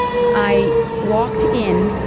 i walked in,